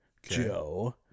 Joe